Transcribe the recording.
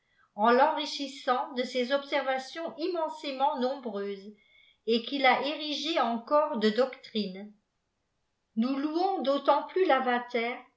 en renrichissant de ses observations immensément nombreuses et qu'il a érigées en corps de doctrines nous louons d'autant plus lavater